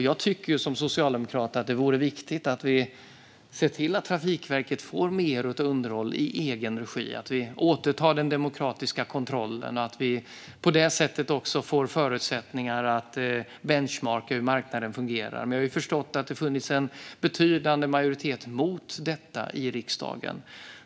Jag tycker som socialdemokrat att det vore viktigt att se till att Trafikverket får mer av underhåll i egen regi och att vi återtar den demokratiska kontrollen och på det sättet också får förutsättningar att benchmarka hur marknaden fungerar. Jag har förstått att det har funnits en betydande majoritet mot detta i riksdagen.